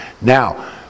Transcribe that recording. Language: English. Now